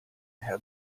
herr